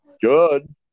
good